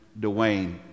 Dwayne